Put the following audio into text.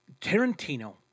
Tarantino